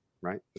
right